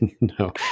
No